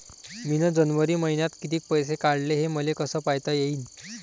मिन जनवरी मईन्यात कितीक पैसे काढले, हे मले कस पायता येईन?